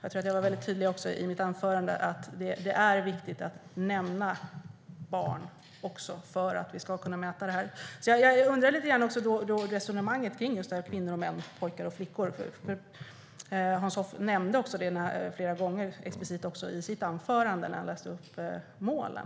Jag var också tydlig i mitt anförande med att det är viktigt att också nämna barn för att vi ska kunna mäta det här. Jag undrar alltså över resonemanget kring kvinnor, män, pojkar och flickor. Hans Hoff nämnde också detta explicit flera gånger i sitt anförande när han läste upp målen.